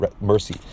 mercy